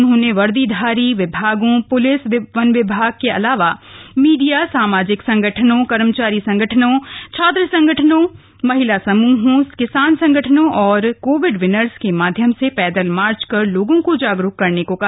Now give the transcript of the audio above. उन्होंने वर्दीधारी विभागों प्लिस वन विभाग के अलावा मीडिया सामाजिक संगठनों कर्मचारी संगठनों छात्र संगठनों महिला समूहों किसान संगठनों और कोविड विनर्स के माध्यम से पैदल मार्च कर लोगों को जागरूक करने को कहा